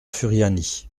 furiani